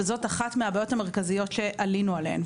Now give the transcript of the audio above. וזאת אחת מהבעיות המרכזיות שעלינו עליהן.